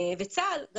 צה"ל צריך,